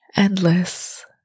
Endless